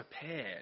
prepared